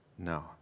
No